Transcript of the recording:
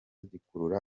gikurura